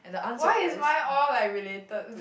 why is mine all like related to